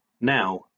Now